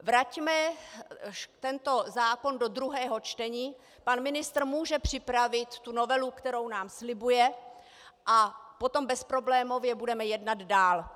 Vraťme tento zákon do druhého čtení, pan ministr může připravit tu novelu, kterou nám slibuje, a potom bezproblémově budeme jednat dál.